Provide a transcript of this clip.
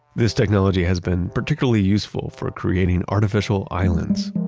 this technology has been particularly useful for creating artificial islands.